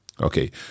Okay